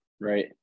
Right